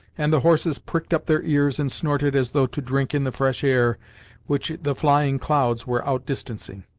and the horses pricked up their ears and snorted as though to drink in the fresh air which the flying clouds were outdistancing.